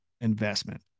investment